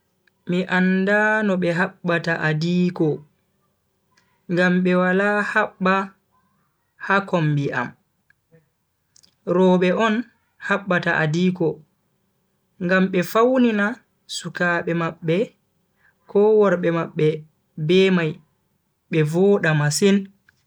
Mi anda no be habbata adiiko, ngam be wala habba ha kombi am. robe on habbata adiiko ngam be fawnina sukaabe mabbe ko worbe mabbe be mai be voda masin.